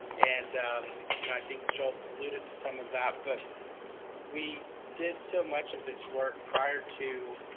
and you know i think zsolt alluded to some of that, but we did so much of this work prior to